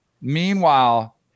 Meanwhile